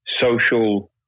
social